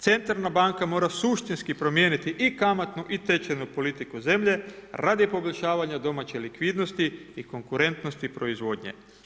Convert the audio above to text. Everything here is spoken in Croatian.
Centralna banka mora suštinski promijeniti i kamatnu i tečajnu politiku zemlje radi poboljšavanja domaće likvidnosti i konkurentnosti proizvodnje.